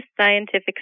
scientific